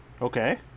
Okay